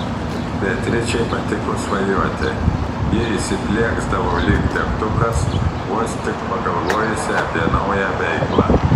beatričei patiko svajoti ji įsiplieksdavo lyg degtukas vos tik pagalvojusi apie naują veiklą